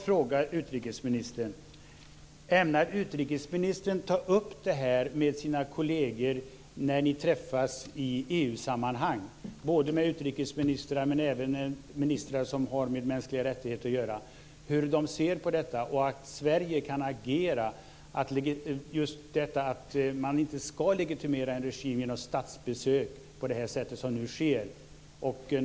Fru talman! Ämnar utrikesministern ta upp det här med sina kolleger när ni träffas i EU-sammanhang - både med utrikesministrar och med ministrar som har med mänskliga rättigheter att göra? Det gäller då hur de ser på detta och att Sverige kan agera - alltså just detta med att man inte ska legitimera en regim genom statsbesök på det sätt som nu sker.